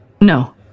No